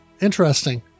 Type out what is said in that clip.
interesting